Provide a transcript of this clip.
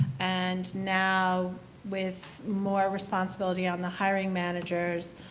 and now with more responsibility on the hiring managers,